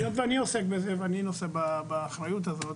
היות ואני עוסק בזה ואני נושא באחריות הזאת.